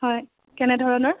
হয় কেনেধৰণৰ